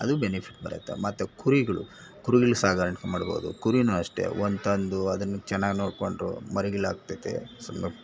ಅದು ಬೆನಿಫಿಟ್ ಬರುತ್ತೆ ಮತ್ತು ಕುರಿಗಳು ಕುರಿಗಳು ಸಾಗಾಣಿಕೆ ಮಾಡ್ಬೋದು ಕುರಿ ಅಷ್ಟೆ ಒಂದು ತಂದು ಅದನ್ನು ಚೆನ್ನಾಗ್ ನೋಡಿಕೊಂಡು ಮರಿಗಳು ಹಾಕ್ತೈತೆ ಸೊ ನೊ